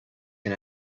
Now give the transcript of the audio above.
can